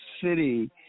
city